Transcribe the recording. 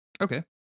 Okay